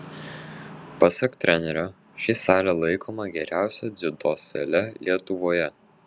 pasak trenerio ši salė laikoma geriausia dziudo sale lietuvoje